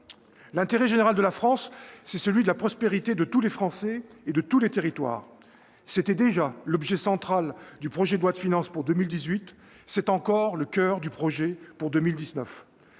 L'intérêt général de la France, c'est celui de la prospérité de tous les Français et de tous les territoires. Tel était déjà l'objet central du projet de loi de finances pour 2018, il est encore le coeur de ce projet de loi